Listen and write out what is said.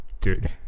Dude